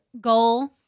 goal